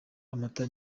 amata